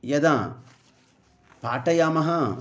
यदा पाठयामः